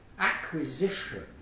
Acquisition